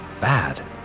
bad